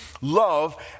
love